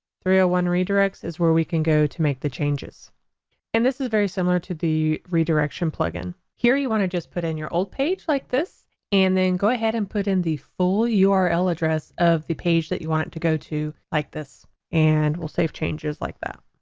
one redirects is where we can go to make the changes and this is very similar to the redirection plugin. here you want to just put in your old page like this and then go ahead and put in the full url address of the page that you want to go to like this and we'll save changes like that.